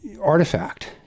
artifact